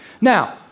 Now